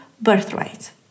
birthright